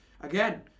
Again